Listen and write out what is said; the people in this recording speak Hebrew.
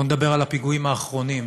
בוא נדבר על הפיגועים האחרונים,